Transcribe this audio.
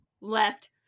left